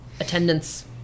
attendance